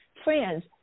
Friends